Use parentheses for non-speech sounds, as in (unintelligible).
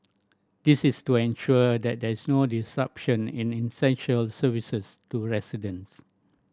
this is to ensure that there is no disruption in (unintelligible) essential services to residents